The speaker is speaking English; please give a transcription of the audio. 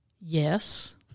Yes